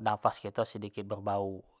nafas kito sedikit berbauk.